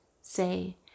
Say